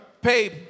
pay